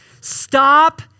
Stop